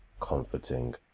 comforting